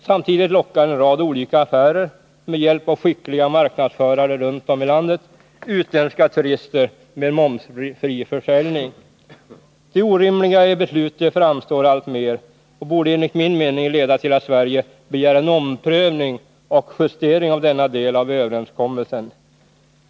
Samtidigt lockar en rad olika affärer med hjälp av skickliga marknadsförare runt om i landet utländska turister med momsfri försäljning. Det orimliga i beslutet framstår alltmer och borde enligt min mening leda till att Sverige begär en omprövning och justering av denna del av överenskommelsen.